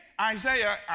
Isaiah